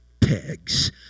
pegs